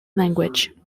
language